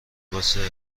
واسه